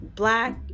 black